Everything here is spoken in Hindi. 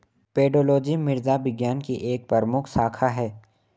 पेडोलॉजी मृदा विज्ञान की एक प्रमुख शाखा है